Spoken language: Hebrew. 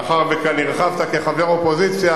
מאחר שכאן הרחבת כחבר אופוזיציה,